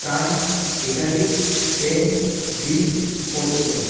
France Italy Spain Greece Portugal